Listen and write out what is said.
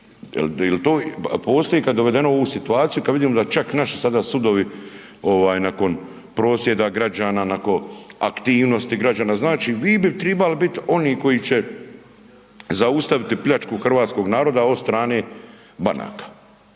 ta? Jel postoji kad je dovedeno u ovu situaciju kad vidimo da čak naši sada sudovi ovaj nakon prosvjeda građana, nakon aktivnosti građana znači vi bi tribali biti oni koji će zaustaviti pljačku hrvatskog naroda od strane banaka,